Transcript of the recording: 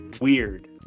weird